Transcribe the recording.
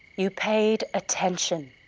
you paid attention,